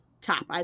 top